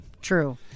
True